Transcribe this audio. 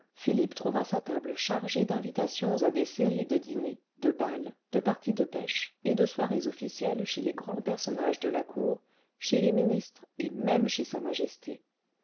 l'hôtelehilippe trouva sa table chargée d'invitations à des séries de ds de parties r de pêche et de soirées officielles chez les grands personnages de la côur chez lés ministres et même chez sa majesté